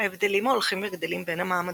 ההבדלים ההולכים וגדלים בין המעמדות,